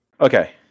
Okay